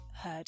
heard